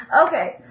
okay